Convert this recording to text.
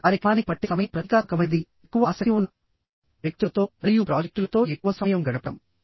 ఒక కార్యక్రమానికి పట్టే సమయం ప్రతీకాత్మకమైనది ఎక్కువ ఆసక్తి ఉన్న వ్యక్తులతో మరియు ప్రాజెక్టులతో ఎక్కువ సమయం గడపడం